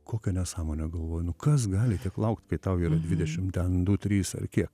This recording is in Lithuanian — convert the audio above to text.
kokią nesąmonę galvoju nu kas gali tiek laukt kai tau yra dvidešim ten du trys ar kiek